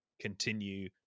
continue